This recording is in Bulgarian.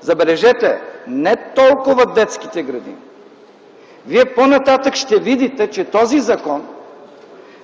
забележете, не толкова детските градини – вие по-нататък ще видите, че този закон